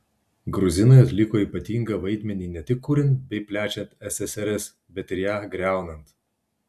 gruzinai atliko ypatingą vaidmenį ne tik kuriant bei plečiant ssrs bet ir ją griaunant